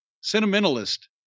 sentimentalist